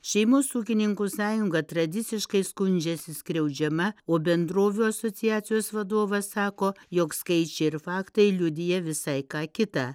šeimos ūkininkų sąjunga tradiciškai skundžiasi skriaudžiama o bendrovių asociacijos vadovas sako jog skaičiai ir faktai liudija visai ką kita